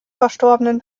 verstorbenen